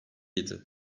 idi